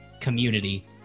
community